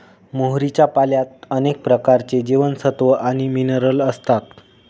मोहरीच्या पाल्यात अनेक प्रकारचे जीवनसत्व आणि मिनरल असतात